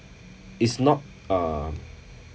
it's not um